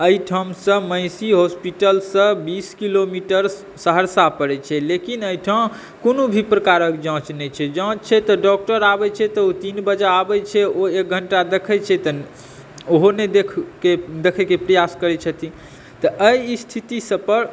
एहिठामसॅं महिषी हॉस्पिटलसॅं बीस किलोमीटर सहरसा परै छै लेकिन एहिठाम कोनो भी प्रकारक जाँच नहि छै जाँच छै तऽ डॉक्टर आबै छै तऽ ओ तीन बजे आबै छै ओ एक घण्टा देख़ै छै तऽ ओहो नहि देख़ै देख़ैके प्रयास करै छथिन तऽ एहि स्थितिसभ पर